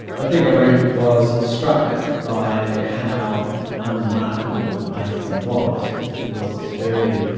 i think arendt was struck by how unremarkable eichmann was. he was this very,